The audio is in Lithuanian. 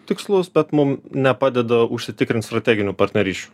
tikslus bet mum nepadeda užsitikrint strateginių partnerysčių